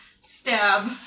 Stab